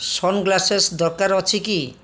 ସନ୍ glasses ଦରକାର ଅଛି କି